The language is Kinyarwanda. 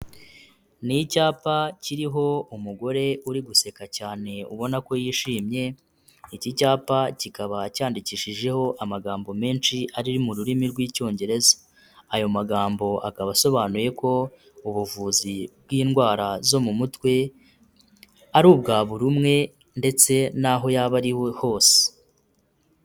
Ni icyapa kiriho umugore uri guseka cyane ubona ko yishimye, iki cyapa kikaba cyandikishijeho amagambo menshi ari mu rurimi rw'Icyongereza, ayo magambo akaba asobanuye ko ubuvuzi bw'indwara zo mu mutwe ari ubwa buri umwe ndetse n'aho yaba ari hose.